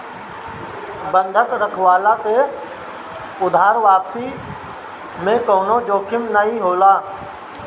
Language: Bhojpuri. बंधक रखववला से उधार वापसी में कवनो जोखिम नाइ होला